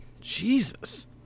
Jesus